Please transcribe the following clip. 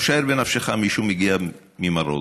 עכשיו, שער בנפשך מישהו שמגיע ממרוקו,